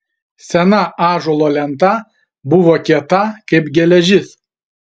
sena ąžuolo lenta buvo kieta kaip geležis